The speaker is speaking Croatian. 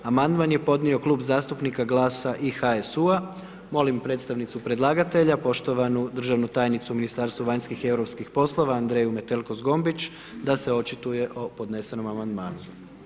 Amandman je podnio Klub zastupnika Glasa i HSU-a, molim predstavnicu predlagatelja poštovanu državnu tajnicu Ministarstva vanjskih i europskih poslova Andreju Metelko Zgombić da se očituje o podnesenom amandmanu.